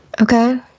Okay